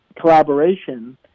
collaboration